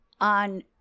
on